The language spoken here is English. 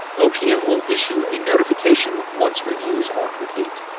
opm will issue a notification once reviews are complete.